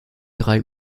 drei